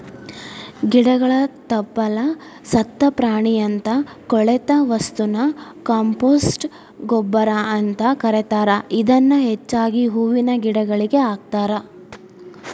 ಗಿಡಗಳ ತಪ್ಪಲ, ಸತ್ತ ಪ್ರಾಣಿಯಂತ ಕೊಳೆತ ವಸ್ತುನ ಕಾಂಪೋಸ್ಟ್ ಗೊಬ್ಬರ ಅಂತ ಕರೇತಾರ, ಇದನ್ನ ಹೆಚ್ಚಾಗಿ ಹೂವಿನ ಗಿಡಗಳಿಗೆ ಹಾಕ್ತಾರ